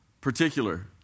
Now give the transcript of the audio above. particular